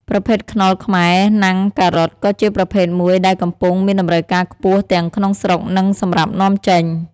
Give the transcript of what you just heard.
ប្រភេទខ្នុរខ្មែរណាំងការ៉ុតក៏ជាប្រភេទមួយដែលកំពុងមានតម្រូវការខ្ពស់ទាំងក្នុងស្រុក និងសម្រាប់នាំចេញ។